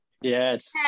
Yes